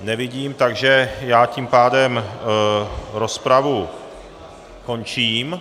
Nikoho nevidím, takže já tím pádem rozpravu končím.